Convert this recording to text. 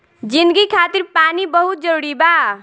जिंदगी खातिर पानी बहुत जरूरी बा